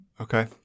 okay